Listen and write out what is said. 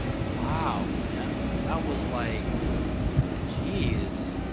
wow man that was like jeez